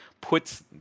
puts